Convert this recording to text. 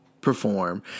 perform